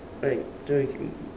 alright